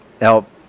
help